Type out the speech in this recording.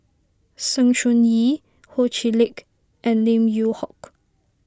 Sng Choon Yee Ho Chee Lick and Lim Yew Hock